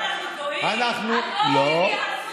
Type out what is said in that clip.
מה, אנחנו גויים?